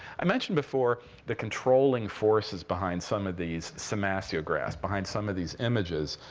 i mentioned before the controlling forces behind some of these semasiographs, behind some of these images.